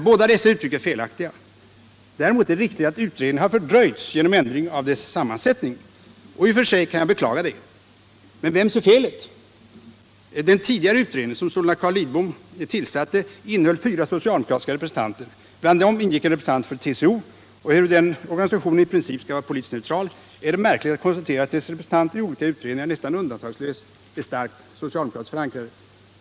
Båda dessa uttryck — nen är felaktiga. Däremot är det riktigt att utredningen har fördröjts genom ändring av dess sammansättning, och i och för sig kan jag beklaga denna fördröjning. Men vems är felet? Den tidigare utredningen, som sålunda Carl Lidbom tillsatte, innehöll fyra socialdemokratiska representanter. Bland dem ingick en representant för TCO, och ehuru denna organisation i princip skall vara politiskt neutral kan man konstatera att dess representanter i olika utredningar, märkligt nog, nästan undantagslöst är starkt socialdemokratiskt förankrade.